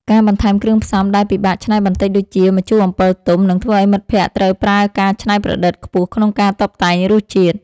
ការបន្ថែមគ្រឿងផ្សំដែលពិបាកច្នៃបន្តិចដូចជា ម្ជូរអំពិលទុំ នឹងធ្វើឱ្យមិត្តភក្តិត្រូវប្រើការច្នៃប្រឌិតខ្ពស់ក្នុងការតុបតែងរសជាតិ។